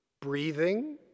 breathing